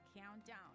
Countdown